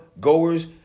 goers